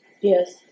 Yes